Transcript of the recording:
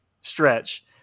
stretch